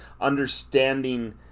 understanding